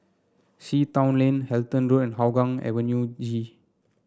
Sea Town Lane Halton Road and Hougang Avenue G